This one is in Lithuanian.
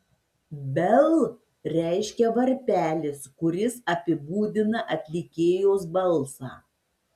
bell reiškia varpelis kuris apibūdina atlikėjos balsą